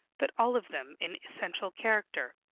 but all of them in essential character.